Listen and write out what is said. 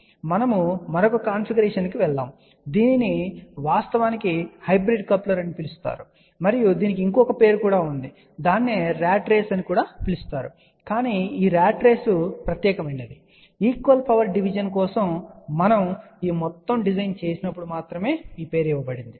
ఇప్పుడు మనము మరొక కాన్ఫిగరేషన్కు వెళ్తాము దీనిని వాస్తవానికి హైబ్రిడ్ కప్లర్ అని పిలుస్తారు మరియు మరొక పేరు ఉంది దీనిని ర్యాట్ రేస్ అని పిలుస్తారు సరే కానీ ఈ ర్యాట్ రేసు ప్రత్యేకమైనది ఈక్వల్ పవర్ డివిజన్ కోసం మనము ఈ మొత్తం డిజైన్ చేసినప్పుడు మాత్రమే పేరు ఇవ్వబడింది